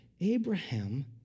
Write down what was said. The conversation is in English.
Abraham